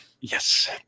Yes